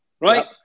right